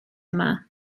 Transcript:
yma